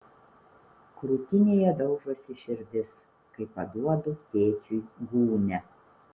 krūtinėje daužosi širdis kai paduodu tėčiui gūnią